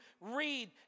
read